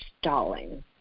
stalling